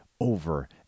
over